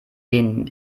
den